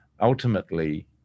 ultimately